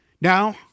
Now